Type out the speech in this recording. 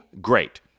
great